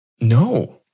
No